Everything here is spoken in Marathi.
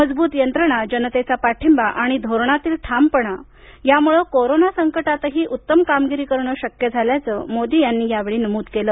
मजबूत यंत्रणा जनतेचा पाठींबा आणि धोरणातील ठामपणा यामुळे कोरोना संकटातही उत्तम कामगिरी करणं शक्य झाल्याचं मोदी यांनी या वेळी नमूद केलं